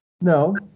No